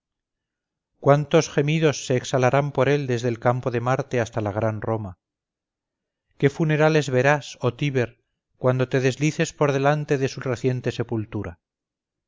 cuántos gemidos se exhalarán por él desde el campo de marte hasta la gran roma qué funerales verás oh tíber cuando te deslices por delante de su reciente sepultura